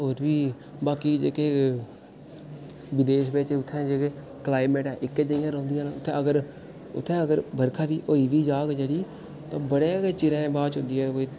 होर बी बाकी जेह्के बदेश बिच्च उत्थै जेह्के क्लाइमेट ऐ इक्कै जेहियां रौंह्दियां न उत्थै अगर उत्थै अगर बरखा बी होई बी जाह्ग जेह्ड़ी ते बड़े गै चिरै बाद च होंदी ऐ कोई